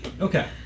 Okay